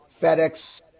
fedex